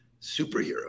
superhero